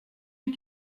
une